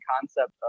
concept